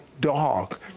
dog